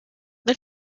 nel